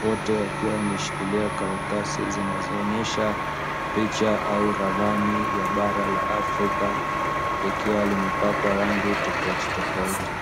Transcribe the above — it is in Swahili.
wote wakiwa wameshikilia karatasi zinazoonyesha picha au ramani ya bara la Afriaka, likiwa limepakwa rangi tofautitofauti.